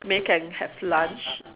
then can have lunch